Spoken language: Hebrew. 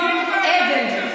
יום אבל,